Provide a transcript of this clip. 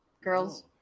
girls